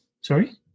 Sorry